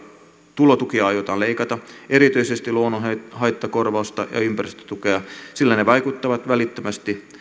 tulotukia aiotaan leikata erityisesti luonnonhaittakorvausta ja ympäristötukea sillä ne vaikuttavat välittömästi